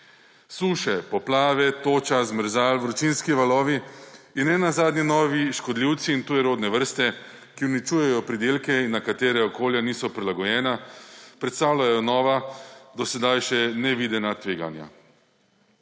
Suše, poplave, toča, zmrzal, vročinski valovi in ne nazadnje novi škodljivci in tujerodne vrste, ki uničujejo pridelke in na katere okolja niso prilagojena, predstavljajo nova, do sedaj še nevidena tveganja.